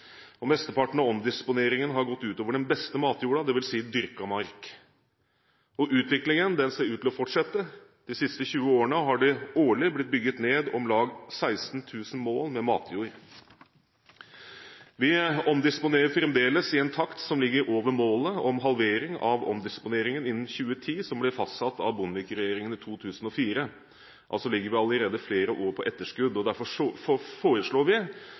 og mesteparten av omdisponeringen har gått ut over den beste matjorda, dvs. dyrket mark. Utviklingen ser ut til å fortsette. De siste 20 årene har det årlig blitt bygget ned om lag 16 000 mål med matjord. Vi omdisponerer fremdeles i en takt som ligger over målet om en halvering av omdisponeringen innen 2010, fastsatt av Bondevik-regjeringen i 2004. Altså ligger vi allerede flere år på etterskudd. Derfor foreslår vi